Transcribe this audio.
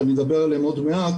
שאני אדבר עליהם עוד מעט,